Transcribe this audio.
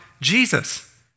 Jesus